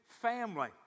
family